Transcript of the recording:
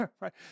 right